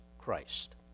Christ